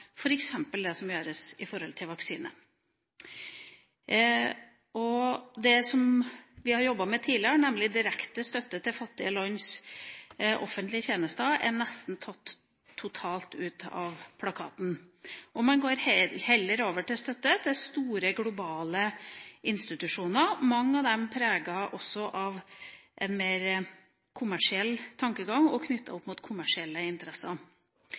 det som gjøres i forhold til vaksine. Det som vi har jobbet med tidligere, nemlig direkte støtte til fattige lands offentlige tjenester, er nesten totalt tatt ut av plakaten. Man går heller over til støtte til store, globale institusjoner. Mange av dem er preget av en mer kommersiell tankegang og er knyttet opp mot kommersielle interesser.